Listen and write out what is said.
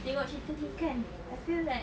tengok cerita ni kan I feel like